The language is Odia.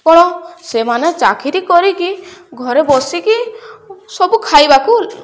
କ'ଣ ସେମାନେ ଚାକିରି କରିକି ଘରେ ବସିକି ସବୁ ଖାଇବାକୁ